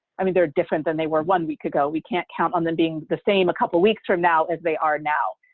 i mean they're different than they were one week ago. we can't count on them being the same a couple weeks from now as they are now.